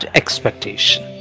expectation